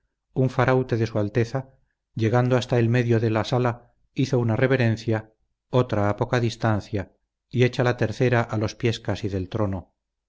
un faraute de su alteza llegando hasta el medio de la sala hizo una reverencia otra a poca distancia y hecha la tercera a los pies casi del trono